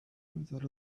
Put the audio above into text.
that